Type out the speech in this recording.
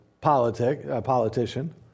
politician